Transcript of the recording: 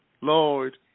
Lord